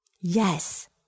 Yes